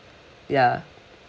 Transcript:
ya